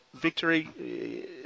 victory